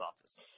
office